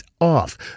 off